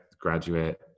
graduate